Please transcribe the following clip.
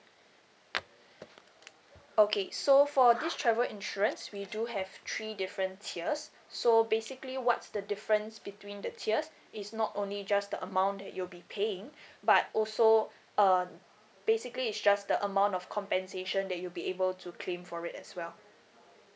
okay so for this travel insurance we do have three different tiers so basically what's the difference between the tiers is not only just the amount that you'll be paying but also uh basically is just the amount of compensation that you'll be able to claim for it as well